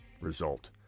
Result